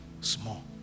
small